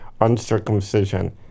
uncircumcision